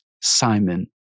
Simon